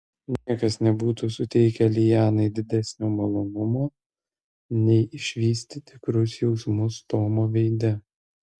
niekas nebūtų suteikę lianai didesnio malonumo nei išvysti tikrus jausmus tomo veide